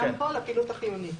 הפעילות החיונית.